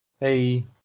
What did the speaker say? Hey